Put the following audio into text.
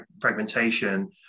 fragmentation